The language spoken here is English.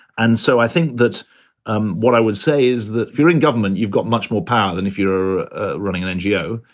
and so i think that um what i would say is that if you're in government, you've got much more power than if you're running an ngo.